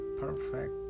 perfect